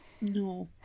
No